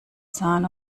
zahn